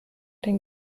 den